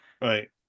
right